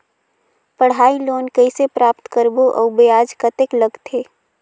पढ़ाई लोन कइसे प्राप्त करबो अउ ब्याज कतेक लगथे?